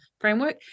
framework